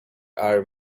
are